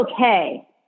Okay